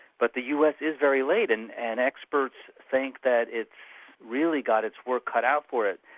but the us is very late and and experts think that it's really got its work cut out for it.